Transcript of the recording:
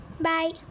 Bye